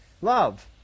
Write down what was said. Love